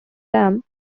them